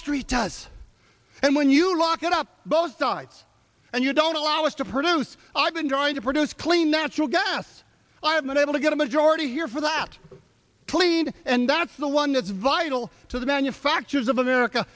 street does and when you lock it up both sides and you don't allow us to produce i've been trying to produce clean natural gas i've been able to get a majority here for that clean and that's the one that's vital to the manufacturers of america